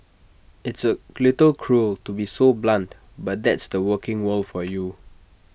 it's A little cruel to be so blunt but that's the working world for you